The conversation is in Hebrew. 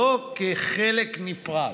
לא כחלק נפרד.